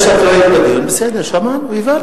אבל אצלה זה לא משנה איפה אנחנו נמצאים, העיקר